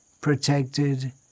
protected